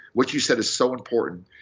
what you said is so important.